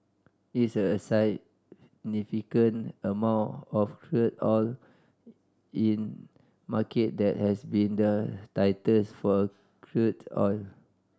it's a amount of crude oil in market that has been the tightest for crude oil